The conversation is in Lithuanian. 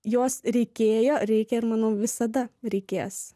jos reikėjo reikia ir manau visada reikės